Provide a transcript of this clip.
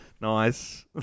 Nice